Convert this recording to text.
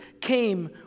came